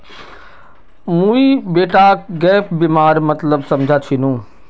मुई बेटाक गैप बीमार मतलब समझा छिनु